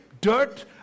dirt